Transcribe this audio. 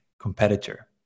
competitor